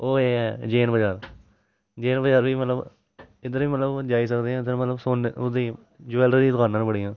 ओह् एह् ऐ ज़ैन बजार ज़ैन बजार बी मतलब इद्धर बी मतलब जाई सकदे इद्धर मतलब सौने ओह्दी जवैलरी दियां दकानां न बड़ियां